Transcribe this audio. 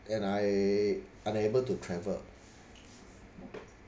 and I unable to travel